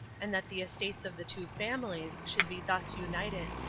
and that the estates of the two families should be thus united.